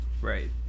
Right